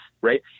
right